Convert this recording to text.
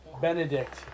Benedict